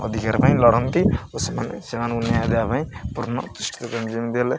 ଅଧିକାର ପାଇଁ ଲଢ଼ନ୍ତି ଓ ସେମାନେ ସେମାନଙ୍କୁ ନ୍ୟାୟ ଦେବା ପାଇଁ ପୂର୍ଣ୍ଣ ଯେମିତି ହେଲେ